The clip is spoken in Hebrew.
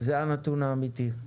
זה הנתון האמיתי.